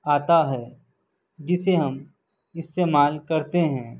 آتا ہے جسے ہم استعمال کرتے ہیں